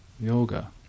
yoga